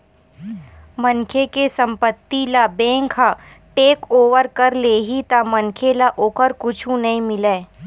मनखे के संपत्ति ल बेंक ह टेकओवर कर लेही त मनखे ल ओखर कुछु नइ मिलय